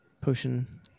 potion